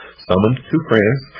summoned to france,